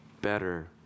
better